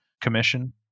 commission